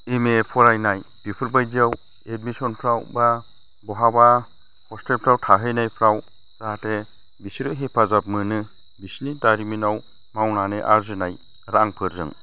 M A फरायनाय बेफोरबायदियाव एडमिशनफ्राव एबा बहाबा हस्टेलफ्राव थाहैनायफ्राव जाहाथे बिसोरो हेफाजाब मोनो बिसिनि दारिमिनाव मावनानै आरजिनाय रांफोरजों